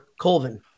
Colvin